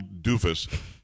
doofus